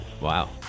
Wow